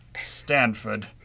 Stanford